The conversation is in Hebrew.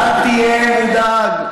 אל תהיה מודאג,